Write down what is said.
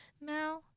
now